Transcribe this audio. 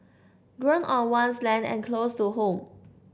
grown on one's land and close to home